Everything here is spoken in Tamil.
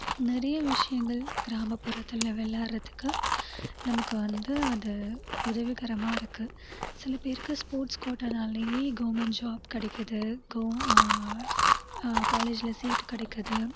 நிறைய விஷியங்கள் கிராமப்புறத்தில் விளையாட்றதுக்கு நமக்கு வந்து அது உதவிகரமாக இருக்குது சில பேருக்கு ஸ்போர்ட்ஸ் கோட்டானாலேயே கவர்மெண்ட் ஜாப் கிடைக்குது கவு காலேஜ்ல சீட் கிடைக்குது